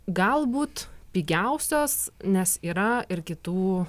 galbūt pigiausios nes yra ir kitų